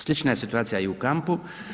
Slična je situacija i u kampu.